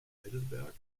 heidelberg